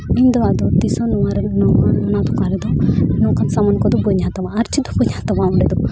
ᱤᱧ ᱫᱚ ᱟᱫᱚ ᱛᱤᱥᱦᱚᱸ ᱱᱚᱣᱟ ᱨᱮ ᱚᱱᱟ ᱫᱚᱠᱟᱱ ᱨᱮᱫᱚ ᱱᱚᱝᱠᱟᱱ ᱥᱟᱢᱟᱱ ᱠᱚᱫᱚ ᱵᱟᱹᱧ ᱦᱟᱛᱟᱣᱟ ᱟᱨ ᱪᱮᱫ ᱦᱚᱸ ᱵᱟᱹᱧ ᱦᱟᱛᱟᱣᱟ ᱚᱸᱰᱮ ᱫᱚ